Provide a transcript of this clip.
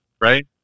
right